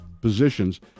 positions